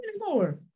anymore